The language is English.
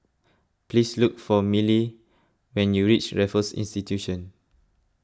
please look for Milly when you reach Raffles Institution